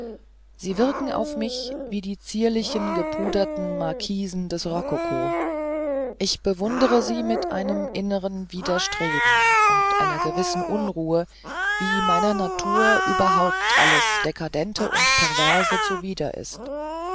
sie wirken auf mich wie die zierlichen gepuderten marquisen des rokoko ich bewundere sie mit einem inneren widerstreben und einer gewissen unruhe wie meiner natur überhaupt alles dekadente und perverse zuwider ist